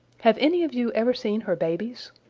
have any of you ever seen her babies?